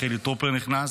חילי טרופר נכנס,